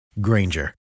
Granger